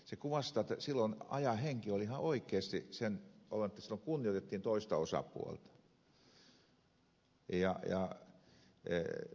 se kuvastaa jotta silloin ajan henki oli ihan oikeasti sen oloinen jotta silloin kunnioitettiin toista osapuolta